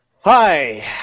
Hi